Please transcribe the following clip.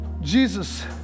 Jesus